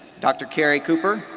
dr. kary cooper,